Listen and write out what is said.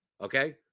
Okay